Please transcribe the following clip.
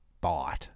bite